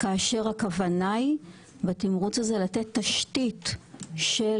כאשר הכוונה היא בתמרוץ הזה לתת תשתית של